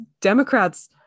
democrats